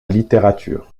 littérature